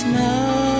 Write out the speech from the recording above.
now